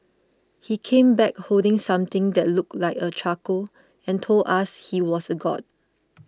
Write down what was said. he came back holding something that looked like a charcoal and told us he was a god